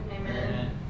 Amen